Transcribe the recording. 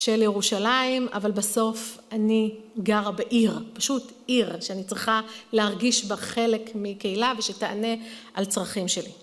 של ירושלים. אבל בסוף אני גרה בעיר, פשוט עיר, שאני צריכה להרגיש בה חלק מקהילה ושתענה על צרכים שלי